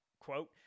quote